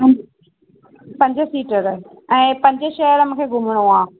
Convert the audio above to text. पंज सीटर ऐं पंज शहरु मूंखे घुमिणो आहे